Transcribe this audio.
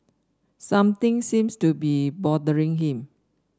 something seems to be bothering him